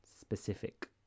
specific